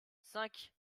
cinq